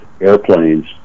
airplanes